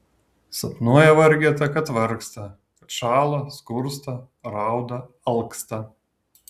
sapnuoja vargeta kad vargsta kad šąla skursta rauda alksta